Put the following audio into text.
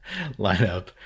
lineup